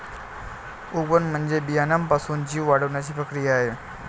उगवण म्हणजे बियाण्यापासून जीव वाढण्याची प्रक्रिया आहे